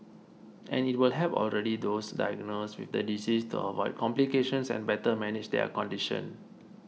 and it will help already those diagnosed with the disease to avoid complications and better manage their condition